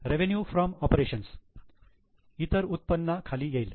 revenue from operations इतर उत्पन्न खाली येईल